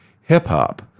hip-hop